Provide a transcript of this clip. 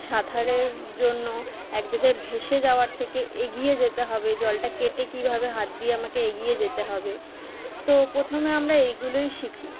সাঁতারের জন্য এক জায়গায় ভেসে যাওয়ার থেকে এগিয়ে যেতে হবে জলটা কেটে কীভাবে হাত দিয়ে আমাকে এগিয়ে যেতে হবে তো প্রথমে আমরা এইগুলোই শিখি